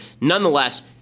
Nonetheless